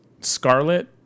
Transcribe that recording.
scarlet